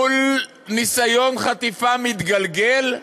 מול ניסיון חטיפה מתגלגל,